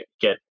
get